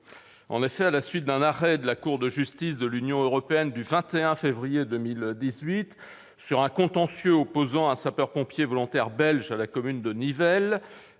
En effet, à la suite d'un arrêt de la Cour de justice de l'Union européenne du 21 février 2018 sur un contentieux opposant un sapeur-pompier volontaire belge à la commune de Nivelles